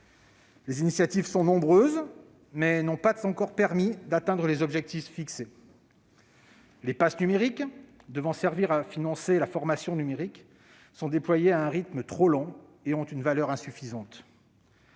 Les initiatives sont nombreuses, mais elles n'ont pas encore permis d'atteindre les objectifs fixés. Les pass numériques devant servir à financer la formation numérique sont déployés à un rythme trop lent et ont une valeur insuffisante.